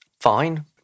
fine